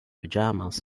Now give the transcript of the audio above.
pajamas